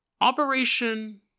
Operation